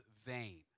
vain